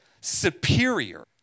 Superior